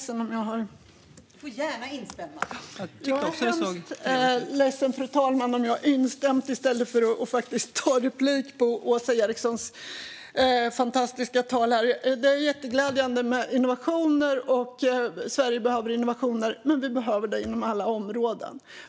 Fru talman! Jag är hemskt ledsen för att jag tryckte på fel knapp. Min mening var inte att instämma i anförandet utan att begära replik på Åsa Erikssons fantastiska anförande. Det är jätteglädjande med innovationer. Sverige behöver innovationer. Men vi behöver dem inom alla områden.